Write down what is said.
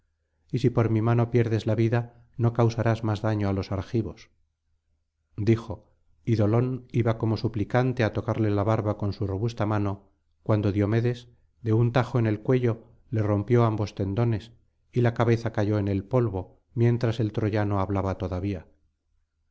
y si por mi mano pierdes la vida no causarás más daño á los argivos dijo y dolón iba como suplicante á tocarle la barba con su robusta mano cuando diomedes de un tajo en el cuello le rompió ambos tendones y la cabeza cayó en el polvo mientras el troyano hablaba todavía